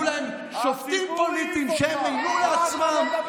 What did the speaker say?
מי ישלם על זה שמול עריצות השלטון לא יהיה לחלשים לאן ללכת?